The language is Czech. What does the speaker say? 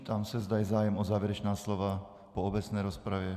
Ptám se, zda je zájem o závěrečná slova po obecné rozpravě.